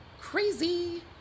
crazy